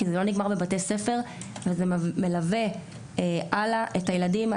כי זה לא נגמר בבתי ספר וזה מלווה הלאה את הילדים.